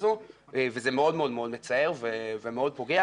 הזו וזה מאוד מאוד מצער ומאוד פוגע,